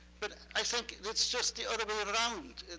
but i think that's just the other way around.